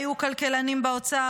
היו כלכלנים באוצר,